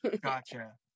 gotcha